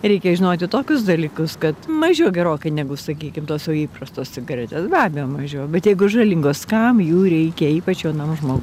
reikia žinoti tokius dalykus kad mažiau gerokai negu sakykim tos jau įprastos cigaretės gavę mažiau bet jeigu žalingos kam jų reikia ypač jaunam žmogui